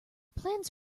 plans